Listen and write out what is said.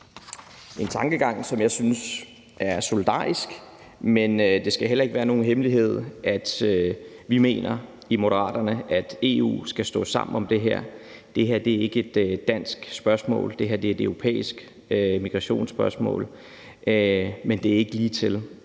en tankegang, som jeg synes er solidarisk, men det skal heller ikke være nogen hemmelighed, at vi i Moderaterne mener, at EU skal stå sammen om det her. Det her er ikke et dansk spørgsmål; det her er et europæisk migrationsspørgsmål. Det er ikke ligetil,